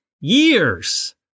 years